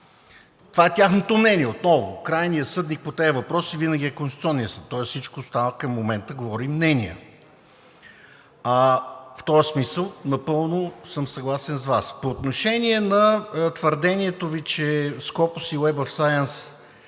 Това е тяхното мнение. Крайният съдник по тези въпроси винаги е Конституционният съд, тоест всичко става към момента – говорим мнения. В този смисъл напълно съм съгласен с Вас. По отношение на твърдението Ви, че SCOPUS и Web of